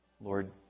Lord